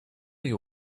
you